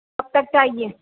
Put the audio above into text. کب تک چاہیے